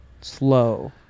slow